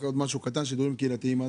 מה זה שידורים קהילתיים?